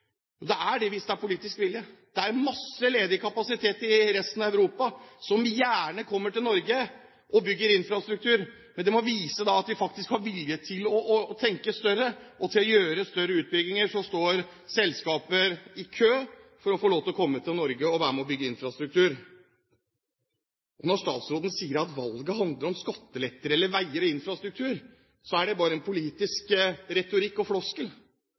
Jo, det er det hvis det er politisk vilje. Det er masse ledig kapasitet i resten av Europa, og selskaper står i kø for å komme til Norge og bygge infrastruktur, men da må vi vise at vi faktisk har vilje til å tenke større og til å gjøre større utbygginger. Når statsråden sier at valget handler om skatteletter, veier eller infrastruktur, er det bare politisk retorikk og